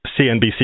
CNBC